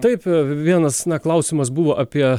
taip vienas klausimas buvo apie